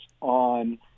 on